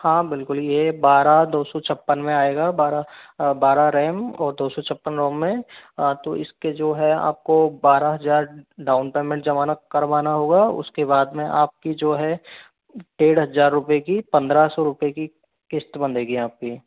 हाँ बिल्कुल ये बारह दो सौ छप्पन में आएगा बारह बारह रेम और दो सौ छप्पन रोम में तो इसके जो है आपको बारह हजार डाउन पेमेट जमाना करवाना होगा उसके बाद में आपकी जो है डेढ़ हजार रुपए की पंद्रह सौ रुपए की किश्त बंधेगी आपकी